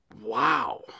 wow